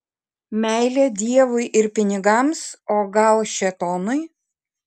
meilė dievui ir pinigams o gal šėtonui